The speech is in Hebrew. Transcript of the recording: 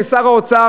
כשר האוצר,